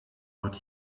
what